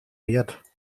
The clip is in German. wert